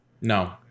No